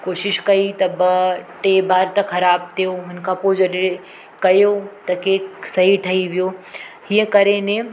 कोशिशि कई त ॿ टे बार त ख़राबु थियो हुनखां पोइ जॾहिं कयो त केक सही ठही वियो हीअं करे नेम